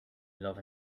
love